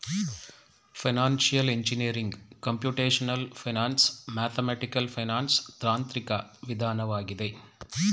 financial engineering computational finance, mathematical finance ತಾಂತ್ರಿಕ ವಿಧಾನವಾಗಿದೆ